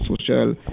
social